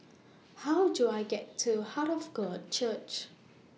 How Do I get to Heart of God Church